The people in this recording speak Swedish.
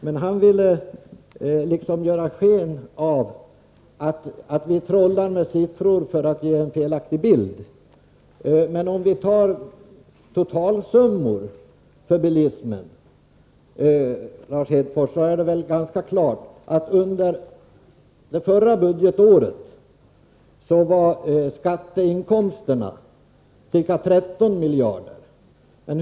Lars Hedfors vill liksom göra sken av att vi trollar med siffror för att ge en felaktig bild. Men, Lars Hedfors, beträffande den totala summan var skatteinkomsterna från bilismen under förra budgetåret ca 13 miljarder.